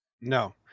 No